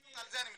על זה אני מדבר,